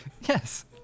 Yes